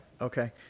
Okay